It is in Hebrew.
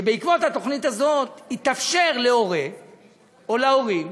שבעקבות התוכנית הזאת יתאפשר להורה או להורים